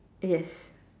yes